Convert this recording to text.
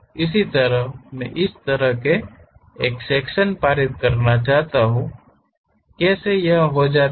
इसी तरह मैं इस तरह से एक सेक्शन पारित करना चाहता हूं कैसे यह हो जाता है